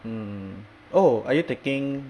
mm oh are you taking